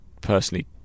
personally